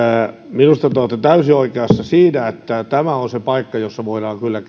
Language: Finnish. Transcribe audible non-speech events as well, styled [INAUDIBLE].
minusta te olette täysin oikeassa siinä että tämä on se paikka jossa kyllä [UNINTELLIGIBLE]